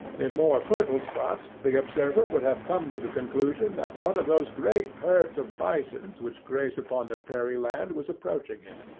in more fertile spots the observer would have come to the conclusion that one of those great herds of bisons which graze upon the prairie land was approaching him.